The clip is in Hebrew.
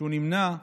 שהוא נמנע,